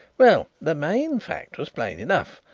well, the main fact was plain enough.